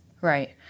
Right